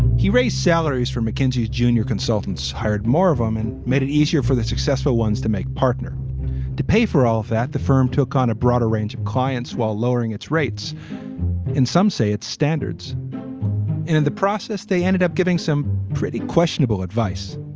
he raised salaries from mckinsey junior consultants, hired more of them um and made it easier for the successful ones to make partner to pay for all that, the firm took on a broader range of clients while lowering its rates in some say, its standards. and in the process, they ended up giving some pretty questionable advice